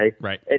Right